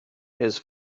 his